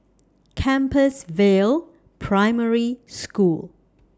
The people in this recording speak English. Compassvale Primary School